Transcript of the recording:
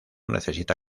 necesita